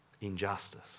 injustice